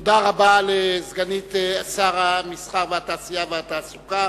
תודה רבה לסגנית שר התעשייה, המסחר והתעסוקה.